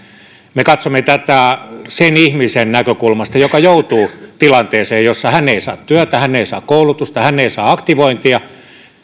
me katsomme tätä sen ihmisen näkökulmasta joka joutuu tilanteeseen jossa hän ei saa työtä hän ei saa koulutusta hän ei saa aktivointia